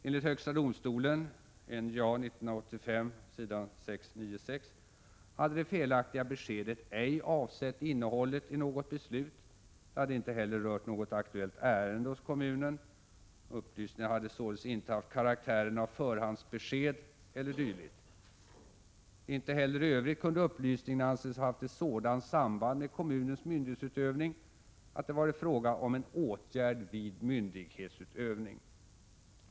Enligt högsta domstolen hade det felaktiga beskedet ej avsett innehållet i något beslut. Det hade inte heller rört något aktuellt ärende hos kommunen. Upplysningen hade således icke haft karaktären av förhandsbesked e. d. Inte heller i övrigt kunde upplysningen anses ha haft ett sådant samband med kommunens myndighetsutövning att det varit fråga om en åtgärd vid myndighetsutövning.